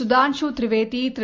Sudhanshu Trivedi Thiru